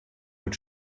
mit